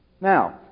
Now